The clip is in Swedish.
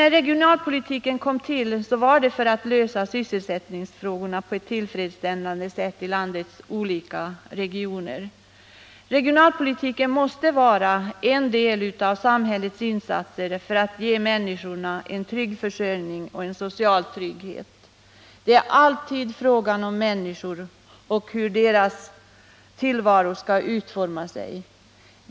Regionalpolitiken kom till för att lösa sysselsättningsfrågorna på ett tillfredsställande sätt i landets olika regioner. Regionalpolitiken måste vara en del av samhällets insatser för att ge människorna en trygg försörjning och en social trygghet. Det är alltid fråga om människor och om hur deras tillvaro skall utformas.